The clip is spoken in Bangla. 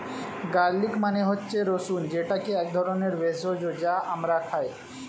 গার্লিক মানে হচ্ছে রসুন যেটা এক ধরনের ভেষজ যা আমরা খাই